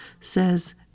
says